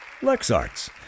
LexArts